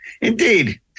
indeed